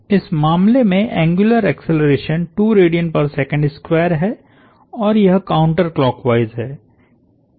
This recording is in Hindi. इस मामले में एंग्युलर एक्सेलरेशनहै और यह काउंटर क्लॉकवाइस है